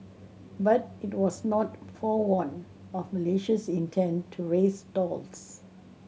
but it was not forewarned of Malaysia's intent to raise tolls